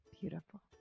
beautiful